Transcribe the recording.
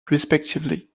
respectively